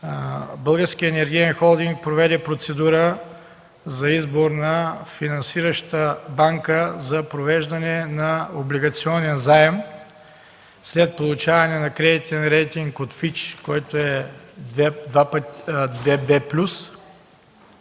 Българският енергиен холдинг проведе процедура за избор на финансираща банка за провеждане на облигационен заем след получаване на кредитен рейтинг от „Фич”, който е 2b+.